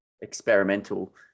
experimental